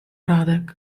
radek